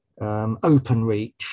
OpenReach